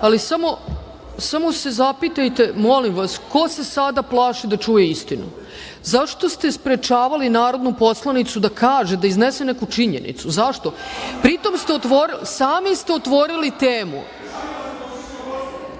problem. Samo se zapitajte, molim vas, ko se sada plaši da čuje istinu? Zašto ste sprečavali narodnu poslanicu da kaže, da iznese neku činjenicu? Pritom, sami ste otvorili temu.